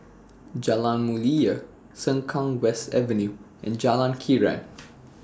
Jalan Mulia Sengkang West Avenue and Jalan Krian